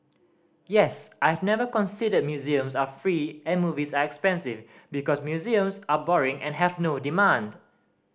yes I've never considered museums are free and movies are expensive because museums are boring and have no demand